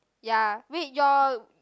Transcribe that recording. ya wait your